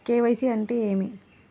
KYC అంటే ఏమి?